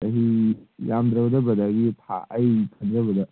ꯆꯍꯤ ꯌꯥꯝꯗ꯭ꯔꯕꯗ ꯕ꯭ꯔꯗꯔꯒꯤ ꯑꯩ ꯈꯟꯖꯕꯗ